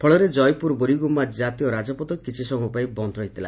ଫଳରେ ଜୟପୁର ବୋରିଗୁମା ଜାତୀୟ ରାଜପଥ କିଛି ସମୟ ପାଇଁ ବନ୍ଦ ହୋଇଥିଲା